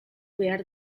behar